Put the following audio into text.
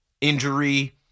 injury